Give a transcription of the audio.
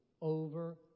over